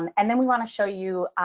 um and then we want to show you,